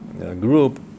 group